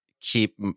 keep